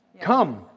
Come